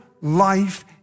life